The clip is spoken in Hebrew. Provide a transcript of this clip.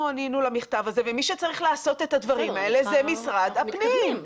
אנחנו ענינו למכתב הזה ומי שצריך לעשות את הדברים האלה זה שר הפנים,